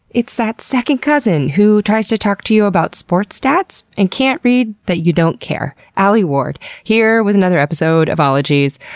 it's that second cousin who tries to talk to you about sports stats and can't read that you don't care, alie ward, here with another episode of ologies.